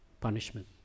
punishment